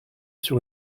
sur